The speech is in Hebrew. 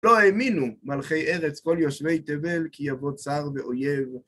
לא האמינו, מלכי ארץ, כל יושבי תבל, כי יבוא צער ואויב.